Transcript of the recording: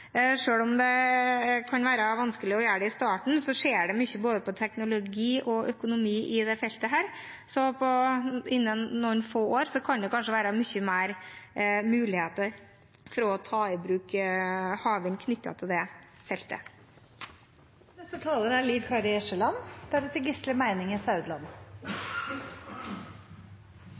både teknologi og økonomi på dette feltet. Innen noen få år kan det kanskje være mange flere muligheter for å ta i bruk havvind knyttet til det